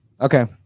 Okay